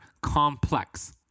Complex